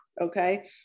okay